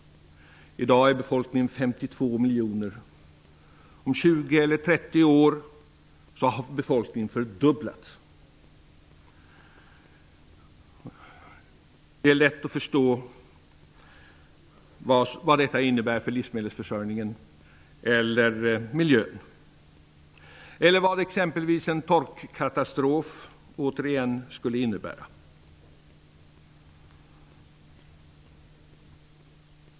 I dag är befolkningen 52 miljoner; om 20 eller 30 år har den fördubblats. Det är lätt att förstå vad detta innebär för livsmedelsförsörjningen, miljön eller vad exempelvis en ny torkkatastrof skulle innebära.